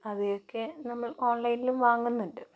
അവയൊക്കെ നമ്മൾ ഓൺലൈനിലും വാങ്ങുന്നുണ്ട്